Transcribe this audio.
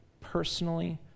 personally